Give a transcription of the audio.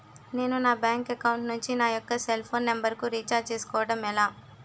నేను నా bank account నుంచి నా యెక్క సెల్ ఫోన్ నంబర్ కు రీఛార్జ్ చేసుకోవడం ఎలా?